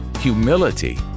humility